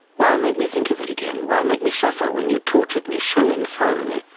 why make me think of it again? why make me suffer when you tortured me so infernally?